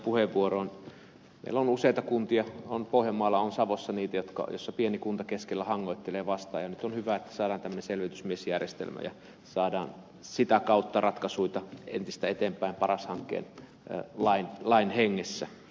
meillä on useita pieniä kuntia on pohjanmaalla on savossa jotka keskellä hangoittelevat vastaan ja nyt on hyvä että saadaan tällainen selvitysmiesjärjestelmä ja saadaan sitä kautta ratkaisuja entistä enemmän eteenpäin paras hankkeen lain hengessä